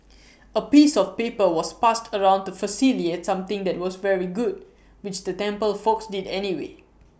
A piece of paper was passed around to facilitate something that was very good which the temple folks did anyway